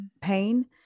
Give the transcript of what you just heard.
pain